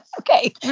okay